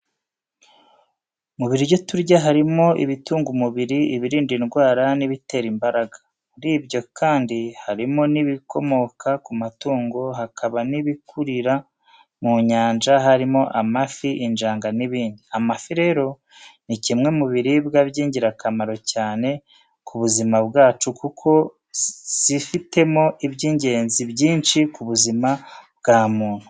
Mu biryo turya harimo ibitunga umubiri, ibirinda indwara n'ibitera imbaraga. Muri byo kandi harimo n'ibikomoka ku matungo, hakaba n'ibikurira mu nyanja harimo amafi, injanga n'ibindi. Amafi rero ni kimwe mu biribwa by'ingirakamaro cyane ku buzima bwacu kuko zifitemo iby'ingenzi byinshi ku buzima bwa muntu.